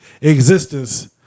existence